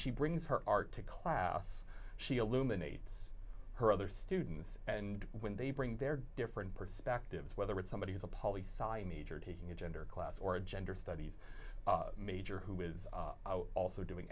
she brings her art to class she illuminates her other students and when they bring their different perspectives whether it's somebody who's a poly siamese or taking a gender class or a gender studies major who is also doing